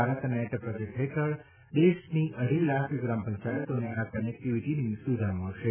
BharatNet project હેઠળ દેશની અઢી લાખ ગ્રામપંચાયતોને આ કનેક્ટીવીટીની સુવિધા મળશે